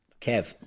Kev